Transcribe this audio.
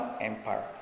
Empire